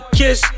kiss